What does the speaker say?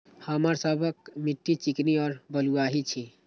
हमर सबक मिट्टी चिकनी और बलुयाही छी?